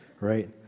right